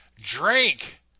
Drink